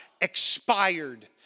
expired